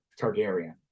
Targaryen